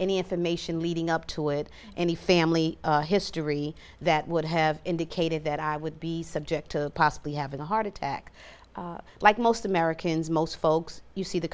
any information leading up to it any family history that would have indicated that i would be subject to possibly having a heart attack like most americans most folks you see the